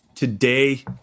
today